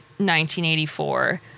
1984